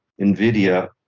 NVIDIA